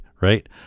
right